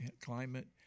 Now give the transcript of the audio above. climate